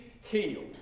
healed